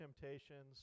temptations